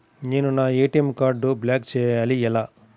నేను నా ఏ.టీ.ఎం కార్డ్ను బ్లాక్ చేయాలి ఎలా?